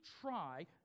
try